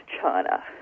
China